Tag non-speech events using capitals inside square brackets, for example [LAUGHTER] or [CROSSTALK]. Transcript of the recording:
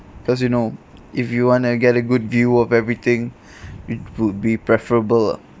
because you know if you want to get a good view of everything [BREATH] it would be preferable lah